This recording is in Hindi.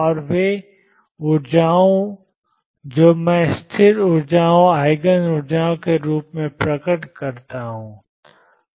और वे ऊर्जाएँ जो मैं स्थिर ऊर्जाएँ आईगन ऊर्जा के रूप में प्रकट करती हूँ